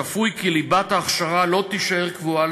צפוי כי ליבת ההכשרה לא תישאר קבועה